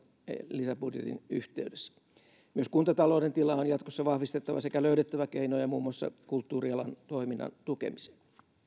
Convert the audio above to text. lisäbudjetin yhteydessä myös kuntatalouden tilaa on jatkossa vahvistettava sekä löydettävä keinoja muun muassa kulttuurialan toiminnan tukemiseen